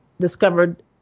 discovered